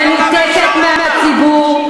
מנותקת מהציבור,